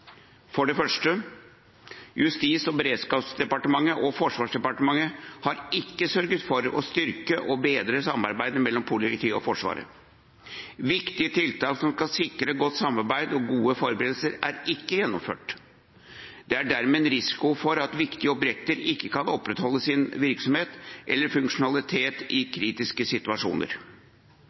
For det første: Justis- og beredskapsdepartementet og Forsvarsdepartementet har ikke sørget for å styrke og bedre samarbeidet mellom politiet og Forsvaret. Viktige tiltak som skal sikre godt samarbeid og gode forberedelser, er ikke gjennomført. Det er dermed en risiko for at viktige objekter ikke kan opprettholde sin virksomhet eller funksjonalitet i kritiske situasjoner.